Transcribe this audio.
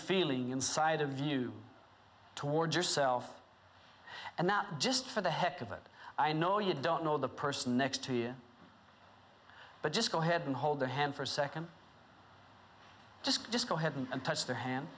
feeling inside of you toward yourself and not just for the heck of it i know you don't know the person next to you but just go ahead and hold their hand for a second just just go ahead and touch their hand